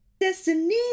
destiny